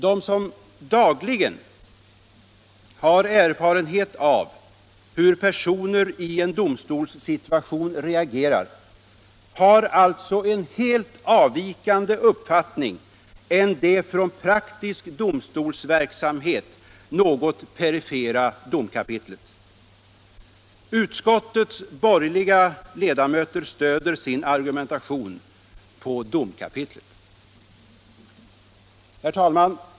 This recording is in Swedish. De som dagligen erfar hur personer i en domstolssituation reagerar har alltså en helt annan uppfattning än det från praktisk domstolsverksamhet något perifera domkapitlet. Utskottets borgerliga ledamöter stöder sin argumentation på domkapitlet. Herr talman!